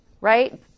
right